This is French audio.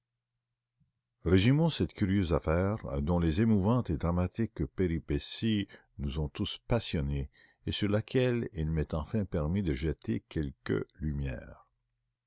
résumons cette curieuse affaire dont nous avons tous suivi les amusantes et dramatiques péripéties et sur laquelle il m'est enfin permis de jeter quelque lumière